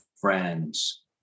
friends